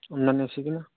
ꯅꯟ ꯑꯦ ꯁꯤꯒꯤꯅ